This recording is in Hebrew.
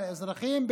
לאזרחים,